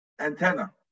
antenna